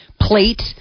plate